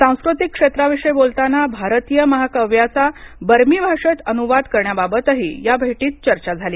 सांस्कृतिक क्षेत्राविषयी बोलताना भारतीय महाकाव्यांचा बर्मी भाषेत अनुवाद करण्याबाबतही या भेटीत चर्चा झाली